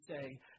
say